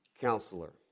Counselor